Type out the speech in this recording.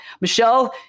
Michelle